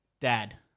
Dad